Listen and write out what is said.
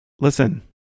listen